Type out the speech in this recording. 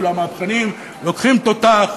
ואילו המהפכנים לוקחים תותח,